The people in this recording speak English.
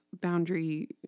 boundary